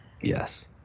Yes